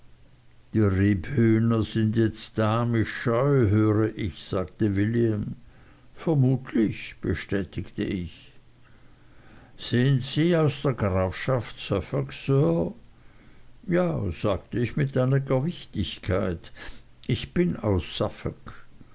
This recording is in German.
sind jetzt damisch scheu höre ich sagte william vermutlich bestätigte ich sind sie aus der grafschaft suffolk sir ja sagte ich mit einiger wichtigkeit ich bin aus